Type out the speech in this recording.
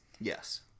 Yes